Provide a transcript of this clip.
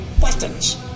buttons